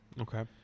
Okay